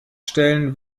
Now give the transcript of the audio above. stellen